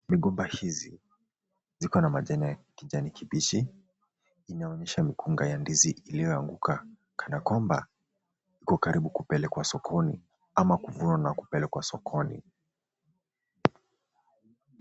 Migomba hizi ziko na majani ya kijani kibichi inaonyesha mikunga ya ndizi iliyoanguka kana kwamba iko karibu kupelekwa sokoni ama kuvunwa na kupelekwa sokoni.